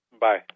Bye